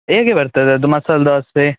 ಹೇಗೆ ಬರ್ತದೆ ಅದು ಮಸಾಲ ದೋಸೆ